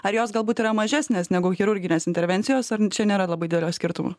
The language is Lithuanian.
ar jos galbūt yra mažesnės negu chirurginės intervencijos ar čia nėra labai didelio skirtumo